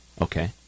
Okay